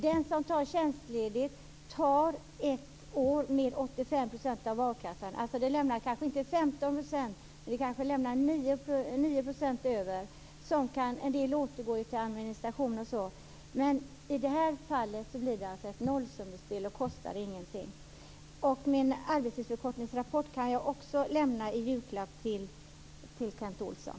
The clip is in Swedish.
Den som tar tjänstledigt tar ett år med 85 % av a-kassan. Detta lämnar kanske inte 15 %, men kanske 9 % över - en del återgår ju till administration och så. Det här blir alltså ett nollsummespel så det kostar ingenting. Min arbetstidsförkortningsrapport kan jag lämna i julklapp också till Kent Olsson.